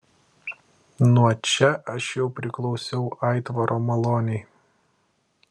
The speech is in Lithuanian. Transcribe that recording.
nuo čia aš jau priklausiau aitvaro malonei